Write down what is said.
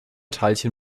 teilchen